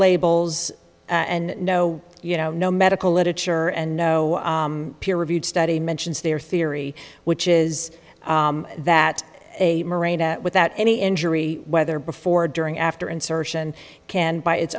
labels and no you know no medical literature and no peer reviewed study mentions their theory which is that a marina without any injury whether before during after insertion can by its